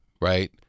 right